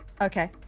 Okay